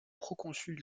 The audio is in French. proconsul